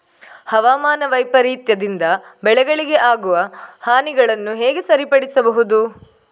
ಹವಾಮಾನ ವೈಪರೀತ್ಯದಿಂದ ಬೆಳೆಗಳಿಗೆ ಆಗುವ ಹಾನಿಗಳನ್ನು ಹೇಗೆ ಸರಿಪಡಿಸಬಹುದು?